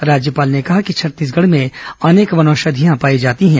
राज्यपाल ने कहा कि छत्तीसगढ़ भें अनेक वनौषधियां पाई जाती है